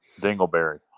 Dingleberry